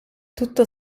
tutto